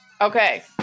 okay